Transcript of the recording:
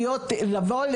לבוא,